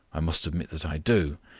i must admit that i do.